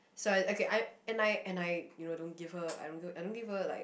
sorry okay I and I and I you know don't give her I don't I don't give her like